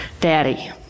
Daddy